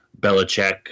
Belichick